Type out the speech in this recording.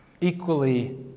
equally